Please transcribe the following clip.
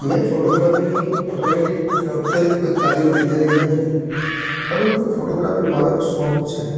મેં ફોટોગ્રાફીની ઓટોમેટિક કે ઔપચારિક કોઈ તાલીમ લીધેલી નથી પરંતુ ફોટોગ્રાફી મારો શોખ છે